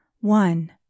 one